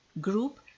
group